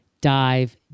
dive